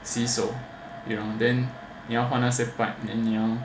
洗手 you know then 你要换那些 pipe then 你要